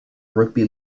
rugby